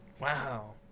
Wow